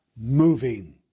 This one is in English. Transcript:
moving